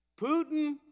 Putin